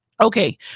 okay